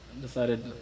Decided